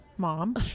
Mom